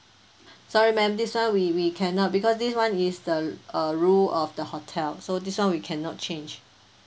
sorry madam this [one] we we cannot because this [one] is the uh rule of the hotel so this [one] we cannot change